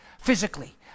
physically